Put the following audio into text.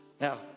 Now